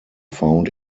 found